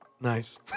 Nice